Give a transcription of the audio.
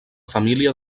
família